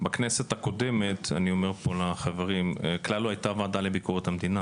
בכנסת הקודמת כלל לא הייתה ועדה לביקורת המדינה